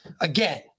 again